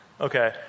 Okay